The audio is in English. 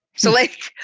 so, like,